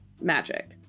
magic